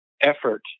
effort